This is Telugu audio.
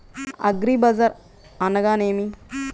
అగ్రిబజార్ అనగా నేమి?